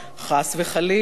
חס וחלילה.